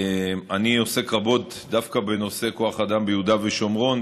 אני עוסק רבות דווקא בנושא כוח האדם ביהודה ושומרון,